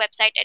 website